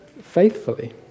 faithfully